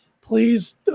Please